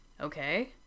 okay